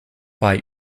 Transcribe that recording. bei